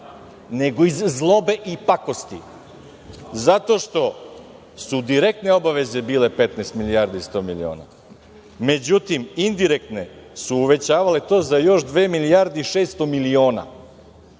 nego iz zlobe i pakosti, zato što su direktne obaveze bile 15 milijardi i 100 miliona. Međutim, indirektne su uvećavale to za još dve milijarde i 600 miliona,